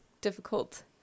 difficult